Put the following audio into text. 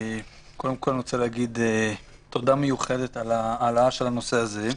קודם כל, תודה מיוחדת על ההעלאה של הנושא הזה.